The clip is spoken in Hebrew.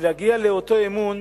ולהגיע לאותו אמון